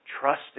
Trust